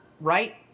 right